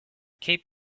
keep